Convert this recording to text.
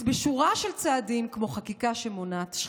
בשורה של צעדים כמו חקיקה שמונעת שחיתות.